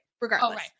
regardless